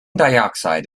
dioxide